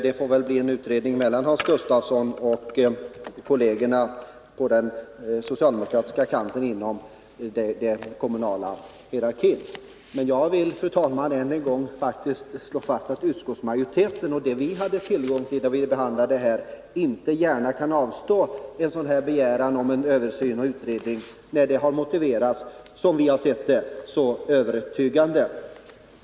Det får väl bli en utredning mellan Hans Gustafsson och kollegerna på den socialdemokratiska kanten inom den kommunala hierarkin. Men jag vill, fru talman, än en gång slå fast att utskottsmajoriteten på grundval av det material vi haft tillgång till inte gärna kunnat avstyrka en sådan här begäran om utredning och översyn, när den — som vi ser det — motiverats så övertygande.